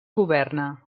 governa